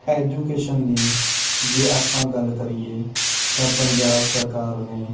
education ਦੀ ਜੇ ਆਪਾਂ ਗੱਲ ਕਰੀਏ ਤਾਂ ਪੰਜਾਬ ਸਰਕਾਰ ਨੇ